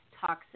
toxic